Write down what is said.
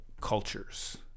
cultures